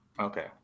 Okay